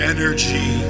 energy